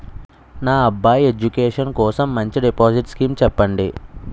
నా అబ్బాయి ఎడ్యుకేషన్ కోసం మంచి డిపాజిట్ స్కీం చెప్పండి